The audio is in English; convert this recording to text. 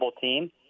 team